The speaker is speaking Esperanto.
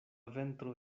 ventro